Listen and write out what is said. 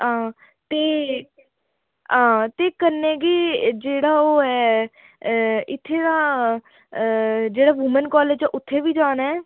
हां ते हां ते कन्ने गै जेह्ड़ा ओह् ऐ इत्थै दा जेह्ड़ा वुमैन कालेज ऐ उत्थै बी जाना ऐ